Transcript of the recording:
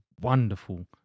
wonderful